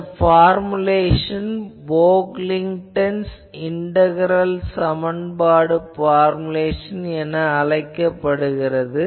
இந்த formulation Pocklington's integral சமன்பாடு formulation என அழைக்கப்படுகிறது